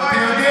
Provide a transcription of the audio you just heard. היום.